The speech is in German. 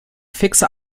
fixe